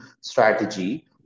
strategy